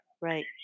Right